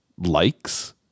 likes